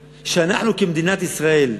ואנחנו, כמדינת ישראל,